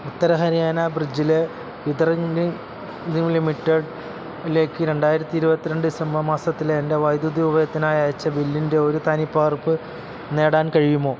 ഉത്തര Haryana Bijli Vitran Nigam limited ലേക്ക് രണ്ടായിരത്തി ഇരുപത്തിരണ്ട് ഡിസംബർ മാസത്തിൽ എൻ്റെ വൈദ്യുതി ഉപയോഗത്തിനായി അയച്ച ബില്ലിൻ്റെ ഒരു തനിപ്പകർപ്പ് നേടാൻ കഴിയുമോ